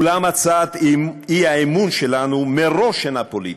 ואולם, הצעת האי-אמון שלנו מראש אינה פוליטית,